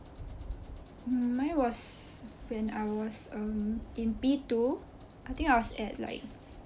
mm mine was when I was um in p two I think I was at like